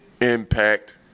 impact